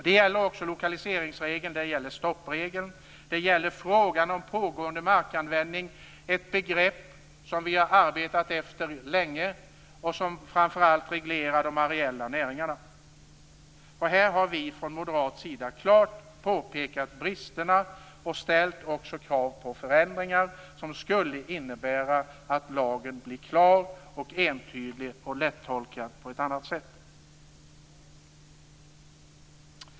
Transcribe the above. Det gäller också lokaliseringsregeln, stoppregeln och frågan om pågående markanvändning - ett begrepp som vi länge har arbetat efter och som reglerar framför allt de areella näringarna. Här har vi moderater klart påpekat bristerna och ställt krav på förändringar som skulle innebära att lagen blir klar, entydig och lättolkad.